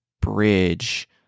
bridge